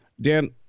Dan